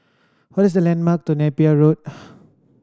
what is the landmark near Napier Road